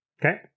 Okay